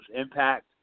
impact